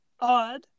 odd